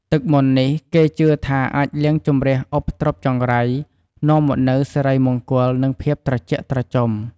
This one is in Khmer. ទឹកមន្តនេះគេជឿថាអាចលាងជម្រះឧបទ្រពចង្រៃ នាំមកនូវសិរីមង្គល និងភាពត្រជាក់ត្រជុំ។